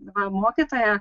va mokytoja